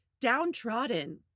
downtrodden